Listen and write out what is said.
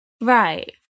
Right